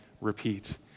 repeat